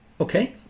Okay